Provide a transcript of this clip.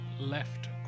left